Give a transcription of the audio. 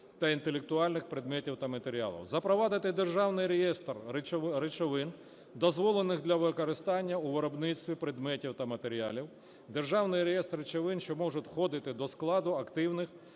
та інтелектуальних предметів та матеріалів. Запровадити державний реєстр речовин, дозволених для використання у виробництві предметів та матеріалів, державний реєстр речовин, що можуть входити до складу активних